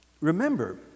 remember